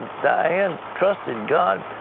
diane trusted god.